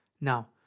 Now